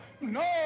No